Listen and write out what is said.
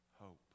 hope